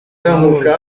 kaminuza